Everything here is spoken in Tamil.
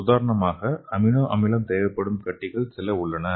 உதாரணமாக அமினோ அமிலம் தேவைப்படும் கட்டிகள் சில உள்ளன